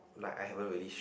like I haven't really show